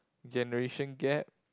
generation gap